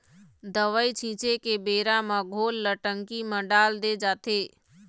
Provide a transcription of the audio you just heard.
दवई छिंचे के बेरा म घोल ल टंकी म डाल दे जाथे